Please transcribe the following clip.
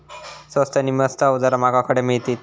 स्वस्त नी मस्त अवजारा माका खडे मिळतीत?